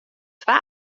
twa